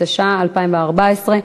התשע"ה 2014,